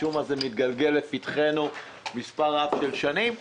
אבל משום מה זה מתגלגל לפתחנו כבר שנים רבות.